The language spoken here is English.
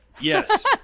Yes